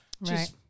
Right